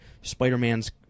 Spider-Man's